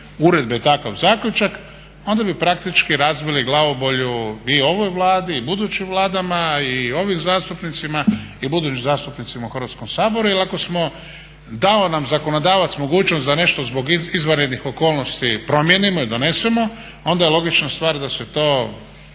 uredbe takav zaključak onda bi praktički razbili glavobolju i ovoj Vladi i budućim vladama i ovim zastupnicima i budućim zastupnicima u Hrvatskom saboru. Jer ako je dao nam zakonodavac mogućnost da nešto zbog izvanrednih okolnosti promijenimo i donesemo onda je logična stvar da se to